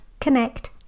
connect